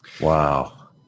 wow